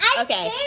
Okay